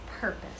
purpose